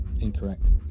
Incorrect